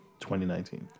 2019